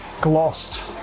glossed